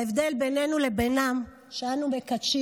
ההבדל בינינו לבינם הוא שאנו מקדשים,